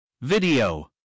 Video